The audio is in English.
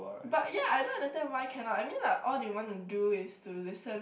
but yah I don't understand why cannot I mean like all you want to do is to listen